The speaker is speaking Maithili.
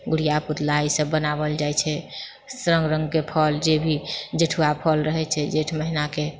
गुड़िआ पुतला ई सभ बनाओल जाइत छै सभ रङ्गके फल जेभि जेठवा फल रहैत छै जेठ महिनाके